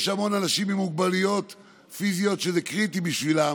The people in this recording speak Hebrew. יש המון אנשים עם מוגבלויות פיזיות שזה קריטי בשבילם,